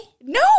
No